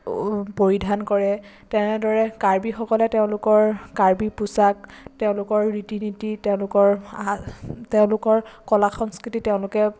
পৰিধান কৰে তেনেদৰে কাৰ্বিসকলে তেওঁলোকৰ কাৰ্বি পোচাক তেওঁলোকৰ ৰীতি নীতি তেওঁলোকৰ সাজ তেওঁলোকৰ কলা সংস্কৃতি তেওঁলোকে